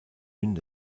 une